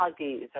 huggies